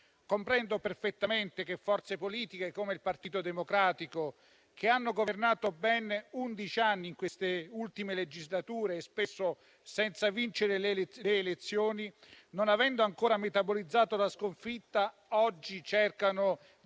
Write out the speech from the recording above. Comprendo perfettamente che forze politiche come il Partito Democratico, che hanno governato ben undici anni in queste ultime legislature, spesso senza vincere le elezioni, non avendo ancora metabolizzato la sconfitta, oggi cercano di